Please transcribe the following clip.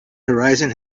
horizon